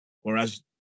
Whereas